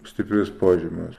stiprius požymius